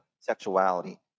sexuality